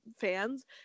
fans